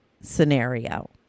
scenario